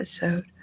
episode